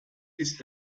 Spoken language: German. ist